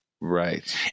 right